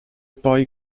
poi